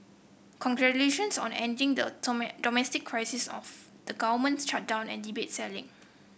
congratulations on ending the domestic crisis of the government shutdown and debt ceiling